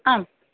आम्